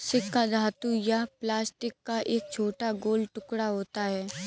सिक्का धातु या प्लास्टिक का एक छोटा गोल टुकड़ा होता है